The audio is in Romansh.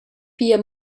pia